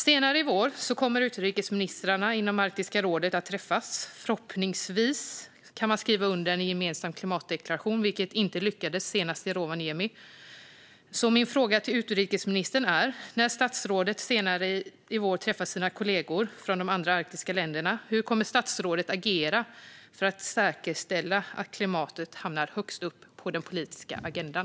Senare i vår kommer utrikesministrarna inom Arktiska rådet att träffas. Förhoppningsvis kan man skriva under en gemensam klimatdeklaration, vilket inte lyckades senast i Rovaniemi. Min fråga till utrikesministern är: När statsrådet senare i vår träffar sina kollegor från de andra arktiska länderna, hur kommer statsrådet att agera för att säkerställa att klimatet hamnar högst upp på den politiska agendan?